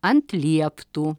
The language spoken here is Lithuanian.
ant lieptų